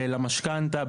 למשכנתא.